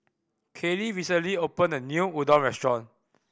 Kaylee recently opened a new Udon restaurant